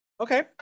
Okay